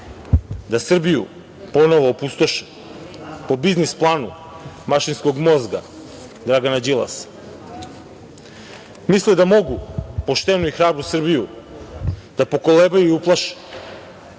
da Srbiju ponovo opustoše po biznis planu mašinskog mozga, Dragana Đilasa. Misle da mogu poštenu i hrabru Srbiju da pokolebaju i uplaše.